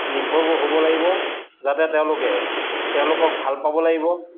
নিৰ্ভৰ হ'ব লাগিব যাতে তেওঁলোকে তেওঁলোকক ভাল পাব লাগিব